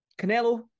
Canelo